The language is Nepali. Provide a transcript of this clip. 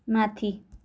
माथि